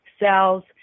cells